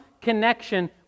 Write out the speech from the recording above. connection